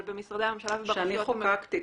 שאני חוקקתי,